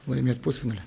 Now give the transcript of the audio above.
laimėt pusfinalį